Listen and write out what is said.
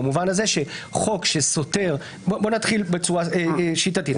בוא נתחיל בצורה שיטתית.